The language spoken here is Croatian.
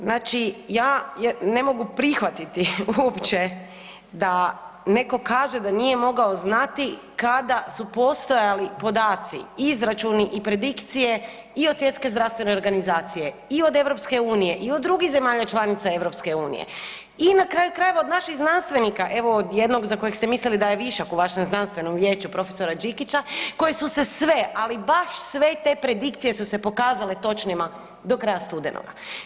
Znači, ja ne mogu prihvatiti uopće da netko kaže da nije mogao znati kada su postojali podaci, izračuni i predikcije i od Svjetske zdravstvene organizacije i od EU i od drugih zemalja članica EU i na kraju krajeva od naših znanstvenika, evo od jednog za kojeg ste mislili da je višak u vašem znanstvenom vijeću prof. Đikića koje su se sve, ali baš sve te predikcije su se pokazale točnima do kraja studenoga.